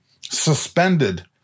suspended